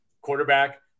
quarterback